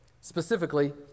specifically